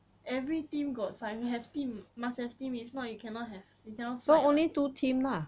every team got five you have team must have team if not you cannot have you cannot fight [what]